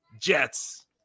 Jets